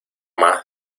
más